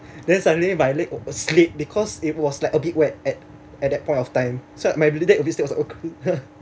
then suddenly my leg wa~ slip because it was like a bit wet at at that point of time so my